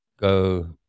go